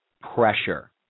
pressure